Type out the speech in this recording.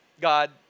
God